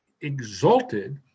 exalted